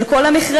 של כל המכרזים,